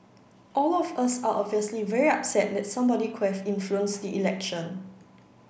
all of us are obviously very upset that somebody could have influenced the election